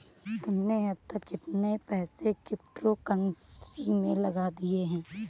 तुमने अब तक कितने पैसे क्रिप्टो कर्नसी में लगा दिए हैं?